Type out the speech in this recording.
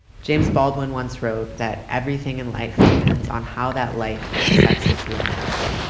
james baldwin once wrote that everything in life depends on how that life accepts its limits.